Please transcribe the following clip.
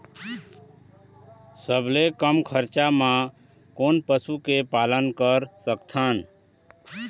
सबले कम खरचा मा कोन पशु के पालन कर सकथन?